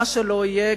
מה שהוא לא יהיה,